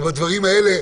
ובדברים האלה,